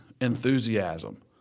enthusiasm